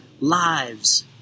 lives